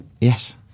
Yes